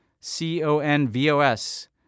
C-O-N-V-O-S